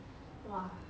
!wah!